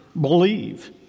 believe